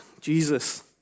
Jesus